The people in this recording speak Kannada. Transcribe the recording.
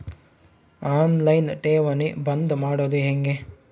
ಆನ್ ಲೈನ್ ಠೇವಣಿ ಬಂದ್ ಮಾಡೋದು ಹೆಂಗೆ?